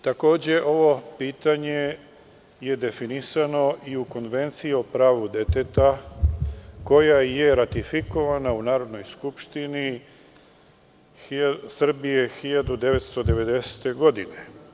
Takođe, ovo pitanje je definisano i u Konvenciji o pravu deteta, koja je ratifikovana u Narodnoj skupštini Srbije 1990. godine.